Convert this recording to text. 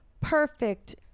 perfect